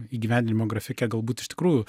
įgyvendinimo grafike galbūt iš tikrųjų